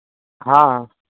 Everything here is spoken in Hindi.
हाँ